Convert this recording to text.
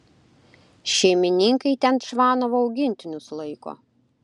šeimininkai ten čvanovo augintinius laiko